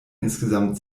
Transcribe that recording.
insgesamt